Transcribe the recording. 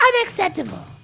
unacceptable